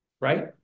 right